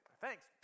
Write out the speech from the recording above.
Thanks